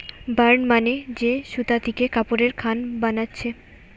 burn মানে যে সুতা থিকে কাপড়ের খান বানাচ্ছে